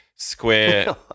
Square